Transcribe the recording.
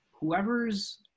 whoever's